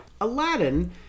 Aladdin